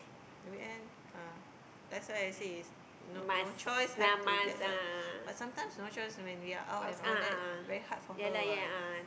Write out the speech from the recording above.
weekend uh that's why I say it's no no choice have to get her but sometimes no choice when we are out all that very hard for her [what]